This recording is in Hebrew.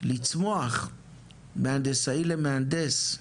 לצמוח מהנדסאי למהנדס,